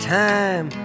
time